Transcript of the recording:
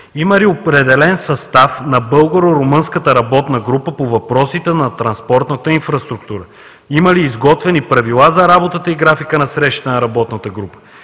има ли определен състав на българо-румънската работна група по въпросите на транспортната инфраструктура? Има ли изготвени правила за работата и графика на срещата на работната група?